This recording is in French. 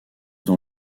dans